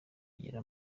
agira